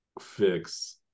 fix